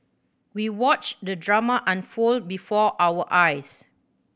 we watched the drama unfold before our eyes